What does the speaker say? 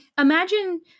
imagine